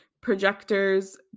projectors